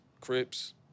Crips